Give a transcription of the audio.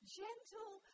gentle